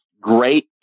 great